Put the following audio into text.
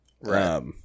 right